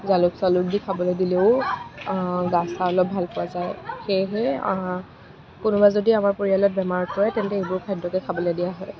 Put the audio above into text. জালুক চালুক দি খাবলৈ দিলেও গা চা অলপ ভাল পোৱা যায় সেয়েহে কোনোবা যদি আমাৰ পৰিয়ালত বেমাৰ হয় তেন্তে এইবোৰ খাদ্যকে খাবলৈ দিয়া হয়